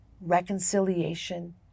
reconciliation